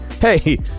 Hey